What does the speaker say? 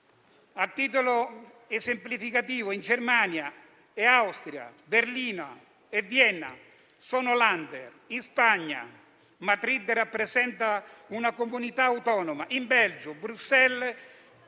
A titolo esemplificativo, in Germania e Austria, Berlino e Vienna sono *Länder;* in Spagna, Madrid rappresenta una comunità autonoma; in Belgio, Bruxelles